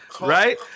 Right